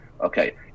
Okay